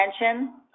attention